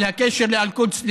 על הקשר לאל-קודס,